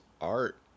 art